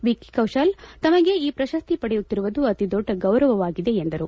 wiki Kaushal ತಮಗೆ ಈ ಪ್ರಶಸ್ತಿ ಪಡೆಯುತ್ತಿರುವುದು ಅತಿ ದೊಡ್ಡ ಗೌರವವಾಗಿದೆ ಎಂದರು